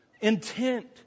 intent